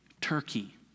Turkey